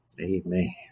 Amen